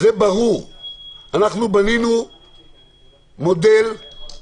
אנחנו בנינו מודל ואת